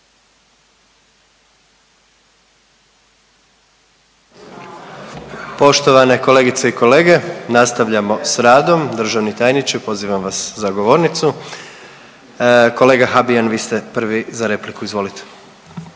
Poštovane kolegice i kolege, nastavljamo s radom. Državni tajniče, pozivam vas za govornicu. Kolega Habijan, vi ste prvi za repliku. Izvolite.